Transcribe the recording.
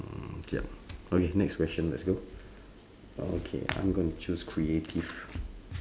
ya okay next question let's go okay I'm going to choose creative